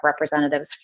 representatives